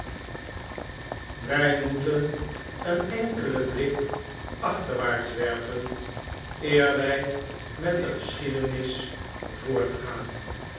wij moeten een enkelen blik achterwaarts werpen eer wij met de geschiedenis voortgaan